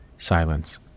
Silence